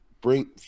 bring